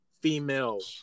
female